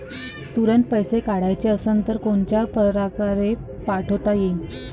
तुरंत पैसे पाठवाचे असन तर कोनच्या परकारे पाठोता येईन?